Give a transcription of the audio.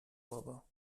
بابا